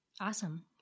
Awesome